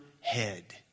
head